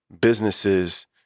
businesses